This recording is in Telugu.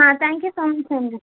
త్యాంక్ యూ సో మచ్ అండి